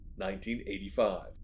1985